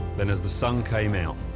then as the sun came out,